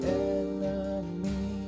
enemy